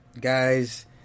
guys